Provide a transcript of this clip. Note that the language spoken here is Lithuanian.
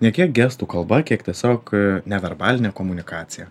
ne kiek gestų kalba kiek tiesiog neverbalinė komunikacija